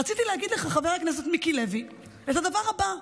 רציתי להגיד לך, חבר הכנסת מיקי לוי, את הדבר הבא: